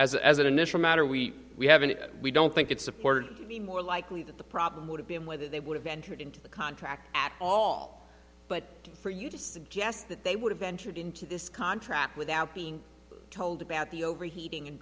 as a as an initial matter we we haven't we don't think it's important to be more likely that the problem would have been whether they would have entered into the contract at all but for you to suggest that they would have entered into this contract without being told about the overheating and